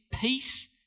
peace